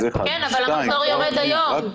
כן, אבל המחזור יורד היום.